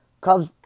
Cubs